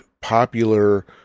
popular